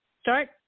start